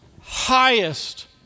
highest